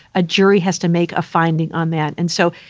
a jury has to make a finding on that. and so